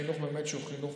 בחינוך שהוא חינוך